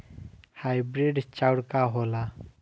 Hybrid चाउर का होला?